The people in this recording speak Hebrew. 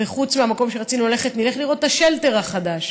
וחוץ מהמקום שרצינו ללכת אליו נלך לראות את השלטר החדש,